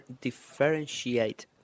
differentiate